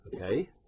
okay